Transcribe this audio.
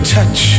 touch